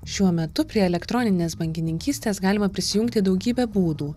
šiuo metu prie elektroninės bankininkystės galima prisijungti daugybe būdų